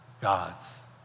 Gods